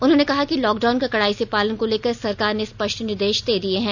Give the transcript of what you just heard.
उन्होंने कहा कि लॉकडाउन का कडाई से पालन को लेकर सरकार ने स्पष्ट निर्देष दे दिए हैं